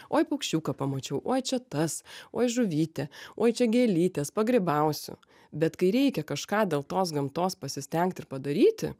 oj paukščiuką pamačiau oi čia tas oi žuvytė oj čia gėlytės pagrybausiu bet kai reikia kažką dėl tos gamtos pasistengt ir padaryti